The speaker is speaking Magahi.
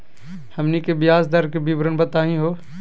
हमनी के ब्याज दर के विवरण बताही हो?